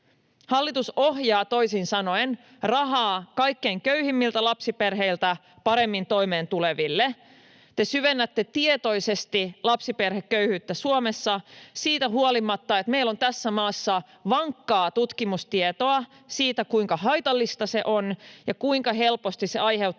Hallitus ohjaa toisin sanoen rahaa kaikkein köyhimmiltä lapsiperheiltä paremmin toimeentuleville. Te syvennätte tietoisesti lapsiperheköyhyyttä Suomessa siitä huolimatta, että meillä on tässä maassa vankkaa tutkimustietoa siitä, kuinka haitallista se on ja kuinka helposti se aiheuttaa